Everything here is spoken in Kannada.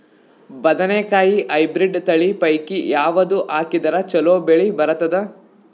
ಬದನೆಕಾಯಿ ಹೈಬ್ರಿಡ್ ತಳಿ ಪೈಕಿ ಯಾವದು ಹಾಕಿದರ ಚಲೋ ಬೆಳಿ ಬರತದ?